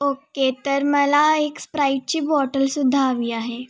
okay तर मला एक स्प्राईटची बॉटलसुद्धा हवी आहे